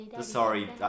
Sorry